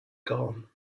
gone